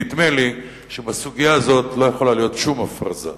נדמה לי שבסוגיה הזאת לא יכולה להיות שום הפרזה.